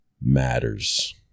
Matters